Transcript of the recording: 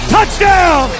Touchdown